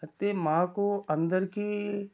అయితే మాకు అందరికీ